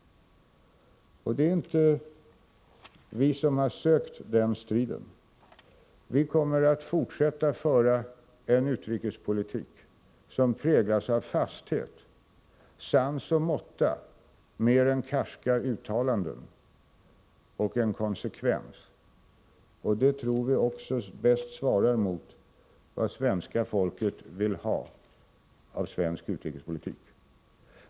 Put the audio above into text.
Det är inte vi som har sökt den striden. Vi kommer att fortsätta att föra en utrikespolitik som präglas mer av fasthet, sans och måtta samt konsekvens än av karska uttalanden. Det tror vi också bättre svarar mot vad svenska folket vill ha när det gäller svensk utrikespolitik.